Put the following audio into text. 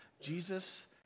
Jesus